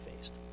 faced